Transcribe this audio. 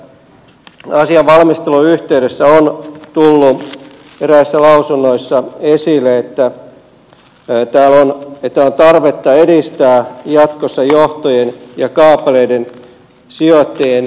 tässä asian valmistelun yhteydessä on tullut eräissä lausunnoissa esille että on tarvetta edistää jatkossa johtojen ja kaapeleiden sijoittajien yhteistoimintaa